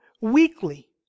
weekly